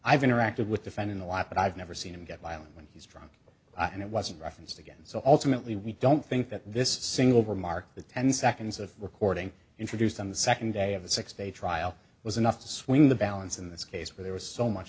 i've interacted with defending a lot but i've never seen him get violent when he's drunk and it wasn't referenced again so ultimately we don't think that this single remark the ten seconds of recording introduced on the second day of the six day trial was enough to swing the balance in this case where there was so much